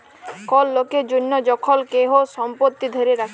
call লকের জনহ যখল কেহু সম্পত্তি ধ্যরে রাখে